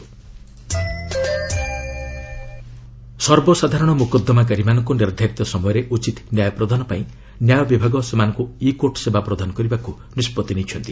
court case ସର୍ବସାଧାରଣ ମୋକଦ୍ଦମାକାରୀମାନଙ୍କୁ ନିର୍ଦ୍ଧାରିତ ସମୟରେ ଉଚିତ ନ୍ୟାୟ ପ୍ରଦାନ ପାଇଁ ନ୍ୟାୟ ବିଭାଗ ସେମାନଙ୍କୁ ଇ କୋର୍ଟ ସେବା ପ୍ରଦାନ କରିବାକୁ ନିଷ୍ପଭି ନେଇଛନ୍ତି